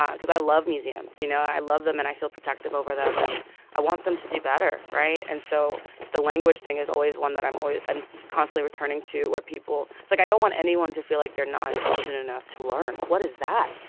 um because i love museums. you know, i love them, and i feel protective over them. and i want them to do better, right? and so the language thing is always one that i'm constantly returning to where people it's like, i don't want anyone to feel like they're not intelligent enough to learn. what is that?